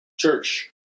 church